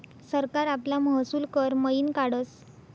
सरकार आपला महसूल कर मयीन काढस